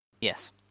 Yes